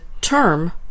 term